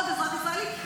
עוד אזרח ישראלי,